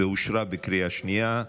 ואושרה בקריאה השנייה,